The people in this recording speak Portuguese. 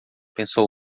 pensou